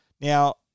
Now